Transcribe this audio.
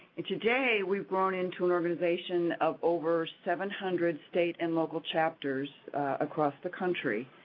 and today we've grown into an organization of over seven hundred state and local chapters across the country.